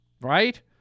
right